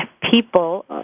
people